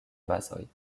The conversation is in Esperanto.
bazoj